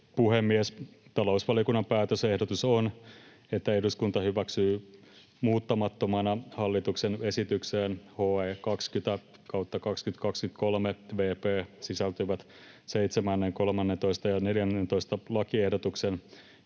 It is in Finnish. puhemies! Talousvaliokunnan päätösehdotus on, että eduskunta hyväksyy muuttamattomana hallituksena esitykseen HE 20/2023 vp sisältyvät 7., 13. ja 14. lakiehdotuksen